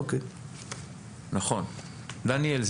דניאל,